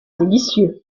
délicieux